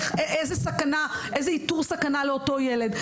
איזה איתור סכנה לאותו ילד?